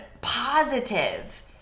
positive